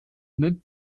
mit